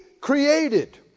created